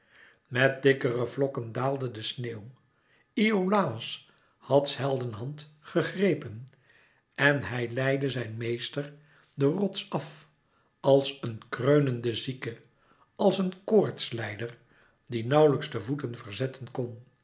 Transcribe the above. met dikkere vlokken daalde de sneeuw iolàos had s helden hand gegrepen en hij leidde zijn meester den rots af als een kreunende zieke als een koortslijder die nauwlijks de voeten verzetten kon